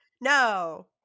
No